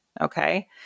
Okay